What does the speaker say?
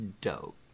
dope